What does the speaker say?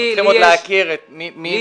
אנחנו צריכים עוד להכיר מי ואיך.